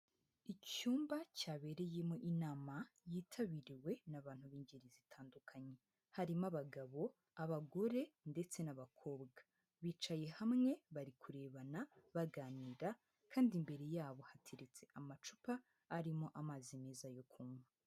Icyumba cyabereyemo inama yitabiriwe n'abantu b'ingeri zitandukanye. Harimo abagabo, abagore ndetse n'abakobwa. Bicaye hamwe bari kurebana baganira, kandi imbere yabo hateretse amacupa arimo amazi meza yo kunywa.